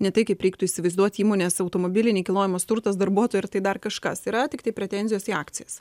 ne tai kaip reiktų įsivaizduot įmonės automobiliai nekilnojamas turtas darbuotojai ir tai dar kažkas yra tiktai pretenzijos į akcijas